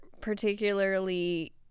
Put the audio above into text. particularly